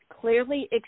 clearly